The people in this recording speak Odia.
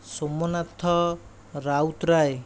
ସୋମନାଥ ରାଉତରାୟ